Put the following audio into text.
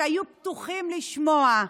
היו פתוחים לשמוע.